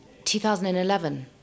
2011